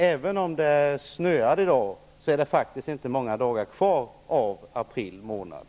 Även om det snöade i dag så är det faktiskt inte många dagar kvar av april månad.